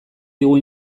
digu